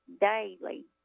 daily